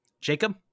jacob